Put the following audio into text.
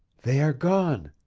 they are gone,